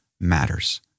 matters